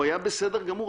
הוא היה בסדר גמור,